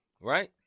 right